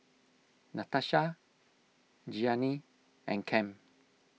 Natasha Gianni and Cam